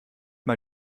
mal